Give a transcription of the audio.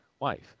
Wife